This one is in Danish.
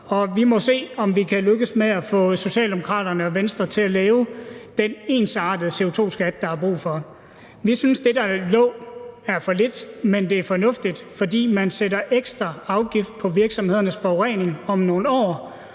vi må se, om vi kan lykkes med at få Socialdemokraterne og Venstre til at lave den ensartede CO2-skat, der er brug for. Vi synes, at det, der lå, er for lidt, men det er fornuftigt, fordi man sætter en ekstra afgift på virksomhedernes forurening om nogle år,